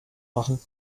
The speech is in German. machen